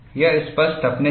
यह स्पष्ट टफनेस है